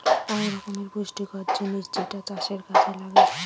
এক রকমের পুষ্টিকর জিনিস যেটা চাষের কাযে লাগে